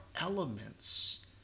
elements